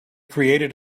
created